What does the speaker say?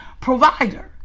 provider